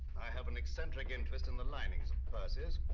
have an eccentric interest in the linings of purses,